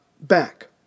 back